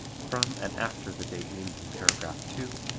from and after the date named in paragraph two,